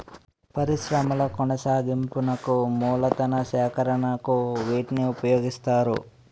పరిశ్రమల కొనసాగింపునకు మూలతన సేకరణకు వీటిని ఉపయోగిస్తారు